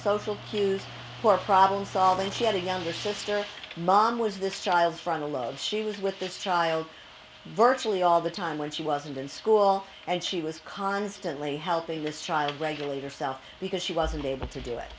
social cues for problem solving she had a younger sister mom was this child from the load she was with this child virtually all the time when she wasn't in school and she was constantly helping this child when believe yourself because she wasn't able to do it